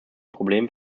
problemen